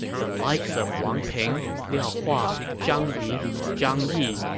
the likes of wang ping, liao hua, zhang yi, zhang yi,